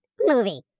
movie